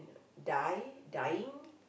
die dying